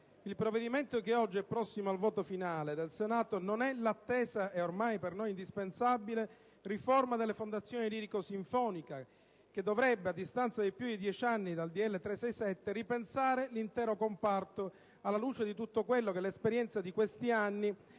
il provvedimento che oggi è prossimo al voto finale del Senato non è l'attesa (e ormai per noi indispensabile) riforma delle fondazioni lirico-sinfoniche che dovrebbe, a distanza di più di dieci anni dal decreto legislativo n. 367 del 1996, ripensare l'intero comparto alla luce di tutto quello che l'esperienza di questi anni